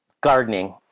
gardening